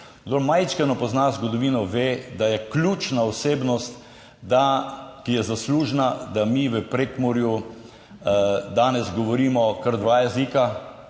majčkeno pozna zgodovino, ve, da je ključna osebnost, ki je zaslužna, da mi v Prekmurju danes govorimo kar dva jezika,